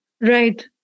Right